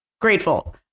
grateful